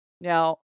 Now